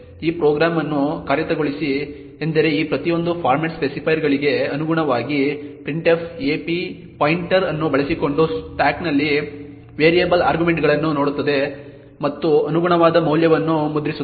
ಈ ಪ್ರೋಗ್ರಾಂ ಅನ್ನು ಕಾರ್ಯಗತಗೊಳಿಸಿ ಎಂದರೆ ಈ ಪ್ರತಿಯೊಂದು ಫಾರ್ಮ್ಯಾಟ್ ಸ್ಪೆಸಿಫೈಯರ್ಗಳಿಗೆ ಅನುಗುಣವಾಗಿ printf ap ಪಾಯಿಂಟರ್ ಅನ್ನು ಬಳಸಿಕೊಂಡು ಸ್ಟಾಕ್ನಲ್ಲಿನ ವೇರಿಯಬಲ್ ಆರ್ಗ್ಯುಮೆಂಟ್ ಗಳನ್ನು ನೋಡುತ್ತದೆ ಮತ್ತು ಅನುಗುಣವಾದ ಮೌಲ್ಯವನ್ನು ಮುದ್ರಿಸುತ್ತದೆ